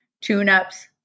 tune-ups